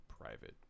private